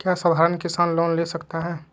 क्या साधरण किसान लोन ले सकता है?